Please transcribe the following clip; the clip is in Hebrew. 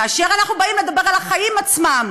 כאשר אנחנו באים לדבר על החיים עצמם,